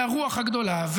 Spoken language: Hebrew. הרוח הגדולה,